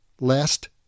last